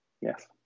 yes